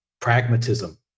pragmatism